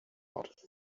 heart